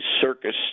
circus